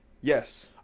Yes